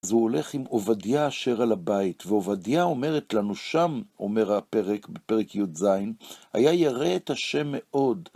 אז הוא הולך עם עובדיה אשר על הבית, ועובדיה אומרת לנו שם, אומר הפרק, בפרק י"ז, היה ירא את השם מאוד.